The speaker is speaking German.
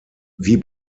wie